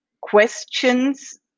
questions